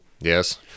yes